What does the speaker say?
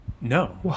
No